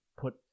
put